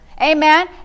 Amen